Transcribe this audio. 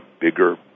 bigger